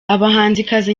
abahanzikazi